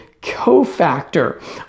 cofactor